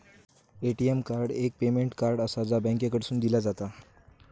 ATM card एक payment card आसा, जा बँकेकडसून दिला जाता